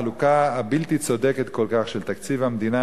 החלוקה הבלתי-צודקת כל כך של תקציב המדינה,